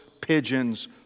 pigeons